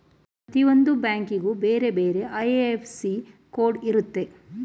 ಪ್ರತಿಯೊಂದು ಬ್ಯಾಂಕಿಗೂ ಬೇರೆ ಬೇರೆ ಐ.ಎಫ್.ಎಸ್.ಸಿ ಕೋಡ್ ಇರುತ್ತೆ